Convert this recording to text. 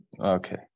Okay